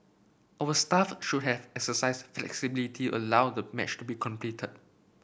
our staff should have exercised flexibility allow the match to be completed